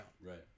Right